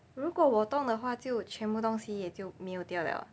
如果我动的话就全部东西也就没有掉了